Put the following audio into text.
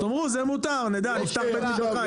אז תאמרו זה מותר, נפתח בנהלל.